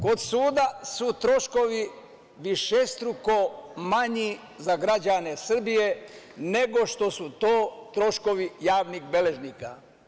Kod suda su troškovi višestruko manji za građane Srbije, nego što su to troškovi javnih beležnika.